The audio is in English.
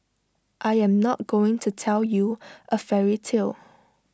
I am not going to tell you A fairy tale